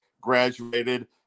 graduated